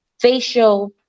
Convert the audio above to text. facial